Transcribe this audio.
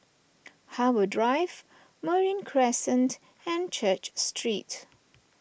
Harbour Drive Marine Crescent and Church Street